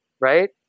right